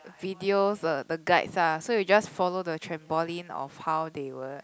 videos uh the guides ah so you just follow the trampoline of how they will